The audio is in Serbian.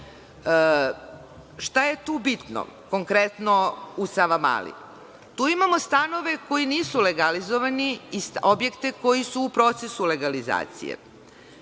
je tu bitno, konkretno u „Savamali“? Tu imamo stanove koji nisu legalizovani i objekte koji su u procesu legalizacije.